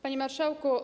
Panie Marszałku!